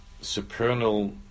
supernal